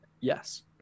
Yes